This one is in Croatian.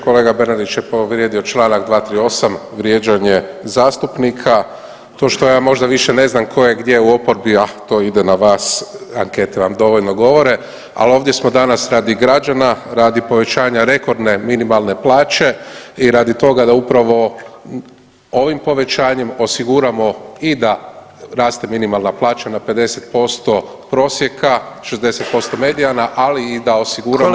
Kolega Bernardić je povrijedio Članak 238. vrijeđanje zastupnika, to što možda je više ne znam tko je gdje u oporbi, ah to ide na vas ankete vam dovoljno govore, ali ovdje smo danas radi građana, radi povećanja rekordne minimalne plaće i radi toga da upravo ovim povećanjem osiguramo i da raste minimalna plaća na 50% prosjeka, 60% medijalna ali i da osiguramo da ta